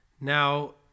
Now